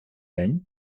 день